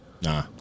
Nah